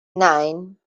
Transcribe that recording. nine